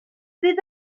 fydd